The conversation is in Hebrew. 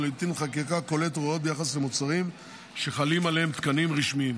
ולעיתים חקיקה כוללת הוראות ביחס למוצרים שחלים עליהם תקנים רשמיים,